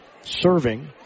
serving